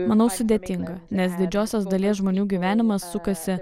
manau sudėtinga nes didžiosios dalies žmonių gyvenimas sukasi